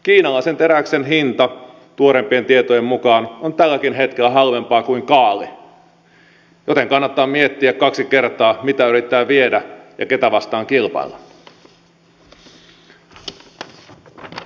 kiinalaisen teräksen hinta tuoreimpien tietojen mukaan on tälläkin hetkellä halvempaa kuin kaali joten kannattaa miettiä kaksi kertaa mitä yrittää viedä ja ketä vastaan kilpailla